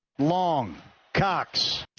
long cox.